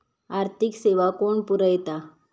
आर्थिक सेवा कोण पुरयता?